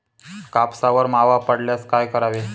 कापसावर मावा पडल्यास काय करावे?